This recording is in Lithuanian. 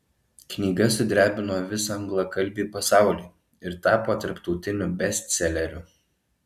knyga sudrebino visą anglakalbį pasaulį ir tapo tarptautiniu bestseleriu